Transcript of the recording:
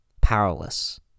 Powerless